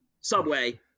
subway